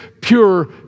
pure